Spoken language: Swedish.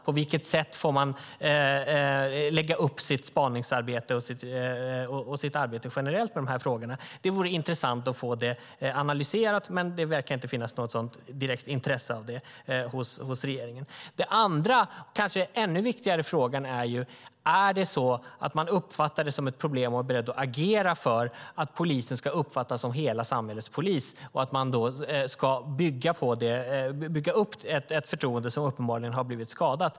På vilket sätt får man lägga upp sitt spaningsarbete och sitt arbete generellt med de här frågorna? Det vore intressant att få det analyserat, men det verkar inte finnas något direkt intresse av det hos regeringen. Den andra, och kanske ännu viktigare, frågan är: Uppfattar man detta som ett problem? Är man beredd att agera för att polisen ska uppfattas som hela samhällets polis? Hur bygger man upp ett förtroende som uppenbarligen har blivit skadat?